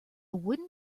wooden